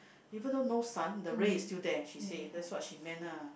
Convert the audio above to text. even though no sun the ray is still there she say that's what she meant ah